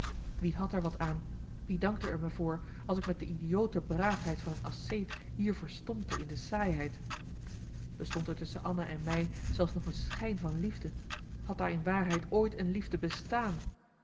wie had er wat aan wie dankte er me voor als ik met de idiote braafheid van een asceet hier verstompte in de saaiheid bestond er tusschen anna en mij zelfs nog een schijn van liefde had daar in waarheid ooit een liefde bestaan